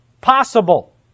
possible